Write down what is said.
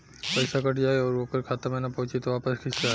पईसा कट जाई और ओकर खाता मे ना पहुंची त वापस कैसे आई?